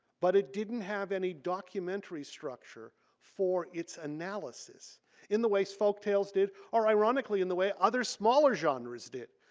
but it didn't have any documentary structure for its analysis in the ways folktales did or ironically in the way other smaller genres did.